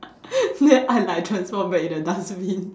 then I like transform back in the dustbin